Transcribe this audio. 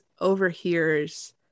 overhears